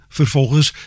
vervolgens